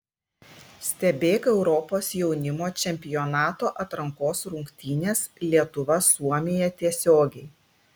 stebėk europos jaunimo čempionato atrankos rungtynes lietuva suomija tiesiogiai